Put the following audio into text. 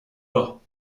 bas